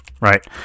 right